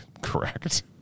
Correct